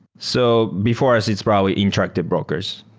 so before us, it's probably interactive brokers,